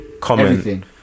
comment